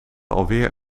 alweer